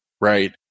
right